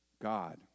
God